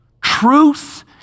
Truth